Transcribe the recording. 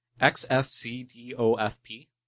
X-F-C-D-O-F-P